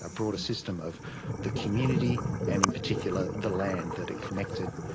ah broader system of the community and in particular the land that it connected.